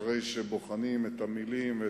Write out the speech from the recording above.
אחרי שבוחנים את המלים,